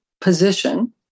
position